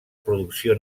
producció